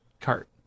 cart